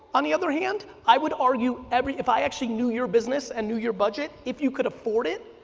on the other hand, i would argue, every, if i actually knew your business and knew your budget, if you could afford it.